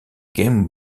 game